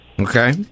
Okay